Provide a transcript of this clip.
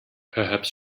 perhaps